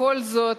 בכל זאת,